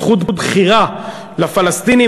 זכות בחירה לפלסטינים.